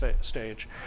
stage